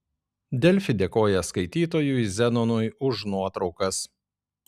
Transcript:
delfi dėkoja skaitytojui zenonui už nuotraukas